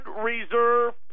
Reserve